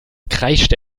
kreischte